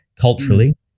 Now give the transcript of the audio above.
culturally